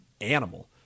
animal